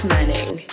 Manning